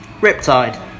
Riptide